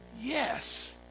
Yes